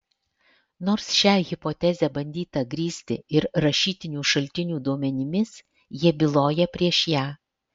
nors šią hipotezę bandyta grįsti ir rašytinių šaltinių duomenimis jie byloja prieš ją